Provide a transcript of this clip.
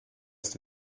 ist